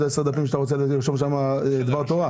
עשרה דפים שאתה רוצה לרשום בהם דבר תורה.